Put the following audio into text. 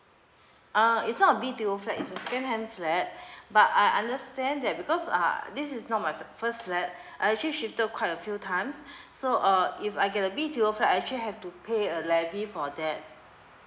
uh it's not a B_T_O flat is a second hand flat but I understand that because uh this is not my first flat I actually shifted quite a few times so uh if I get a B_T_O flat I actually have to pay a levy for that